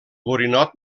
borinot